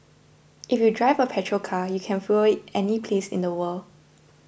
if you drive a petrol car you can fuel it any place in the world